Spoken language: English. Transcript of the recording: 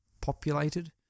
populated